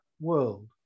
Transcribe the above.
world